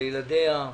לילדיה,